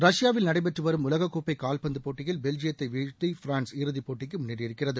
ரஷ்யாவில் நடைபெற்று வரும் உலகக் கோப்பை கால்பந்து போட்டியில் பெல்ஜியத்தை வீழ்த்தி பிரான்ஸ் இறுதிபோட்டிக்கு முன்னேறியிருக்கிறது